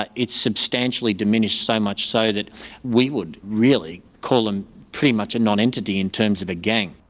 ah it's substantially diminished, so much so that we would really call them pretty much a non-entity in terms of a gang.